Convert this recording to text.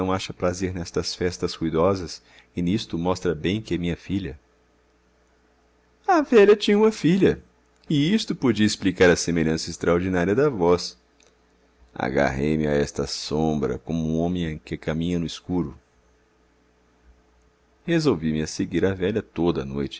acha prazer nestas festas ruidosas e nisto mostra bem que é minha filha a velha tinha uma filha e isto podia explicar a semelhança extraordinária da voz agarrei-me a esta sombra como um homem que caminha no escuro resolvi me a seguir a velha toda a noite